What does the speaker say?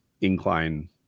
incline